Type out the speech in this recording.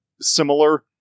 similar